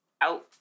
Out